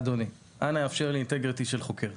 אדוני, אנא יאפשר לי אינטגריטי של חוקר.